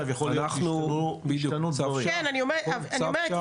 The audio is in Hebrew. אני אומרת,